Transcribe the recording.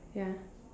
ya